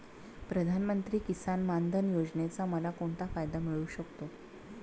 प्रधानमंत्री किसान मान धन योजनेचा मला कोणता फायदा मिळू शकतो?